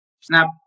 snap